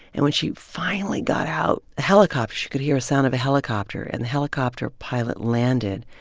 and when she finally got out, a helicopter she could hear a sound of a helicopter. and the helicopter pilot landed.